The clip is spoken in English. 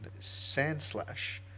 Sandslash